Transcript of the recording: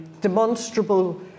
demonstrable